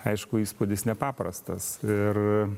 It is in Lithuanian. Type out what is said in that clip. aišku įspūdis nepaprastas ir